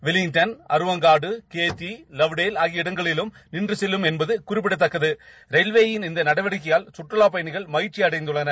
Wellington Aruvankadu Ketti Lovedale ஆகிய இடங்களிலும் நின்று செல்லும் என்பது குறிப்பிடத்தக்கது ரயில்வேயின் இந்த நடவடிக்கையால் கற்றுவா பயணிகள் மகிழ்ச்சியடைந்துள்ளனர்